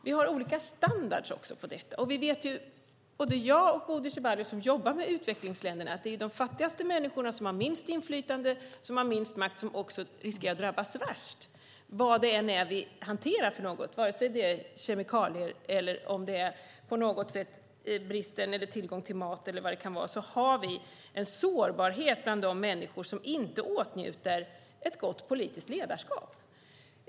Vi har också olika standarder på detta, och både jag och Bodil Ceballos som jobbar med utvecklingsländerna vet ju att det är de fattigaste människorna som har minst inflytande och minst makt som också riskerar att drabbas värst vad det än är vi hanterar för något. Vare sig det är kemikalier eller på något sätt bristen på eller tillgång till mat eller vad det kan vara har vi en sårbarhet bland de människor som inte åtnjuter ett gott politiskt ledarskap.